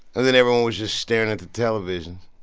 and then everyone was just staring at the television.